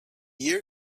year